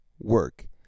work